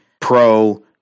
Pro